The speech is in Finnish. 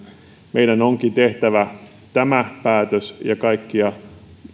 meidän onkin tehtävä tämä päätös ja